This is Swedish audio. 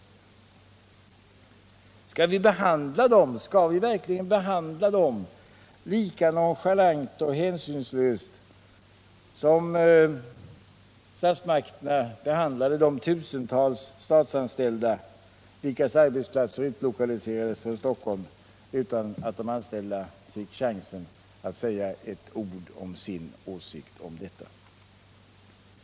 Skall vi verkligen behandla dem lika nonchalant och hänsynslöst som statsmakterna behandlade de tusentals statsanställda, vilkas arbetsplatser utlokaliserades från Stockholm utan att de anställda fick chansen att säga ett ord om sin åsikt om denna förflyttning?